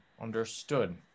Understood